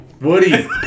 Woody